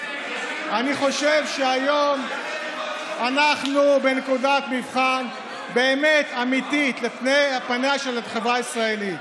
אני חושב שהיום אנחנו בנקודת מבחן אמיתית לפני פניה של החברה הישראלית.